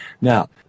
Now